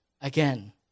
Again